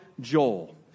Joel